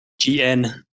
GN